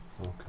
Okay